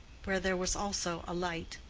where there was also a light.